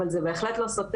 אבל זה בהחלט לא סותר,